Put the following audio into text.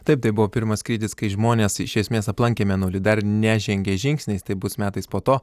taip tai buvo pirmas skrydis kai žmonės iš esmės aplankė mėnulį dar nežengė žingsniais tai bus metais po to